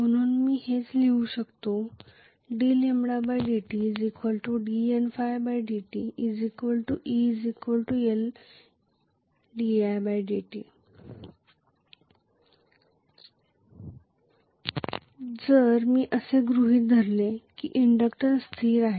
म्हणून मी हेच लिहू शकतो d dt dN dt e L di dt जर मी असे गृहित धरले आहे की इंडक्टन्स स्थिर आहे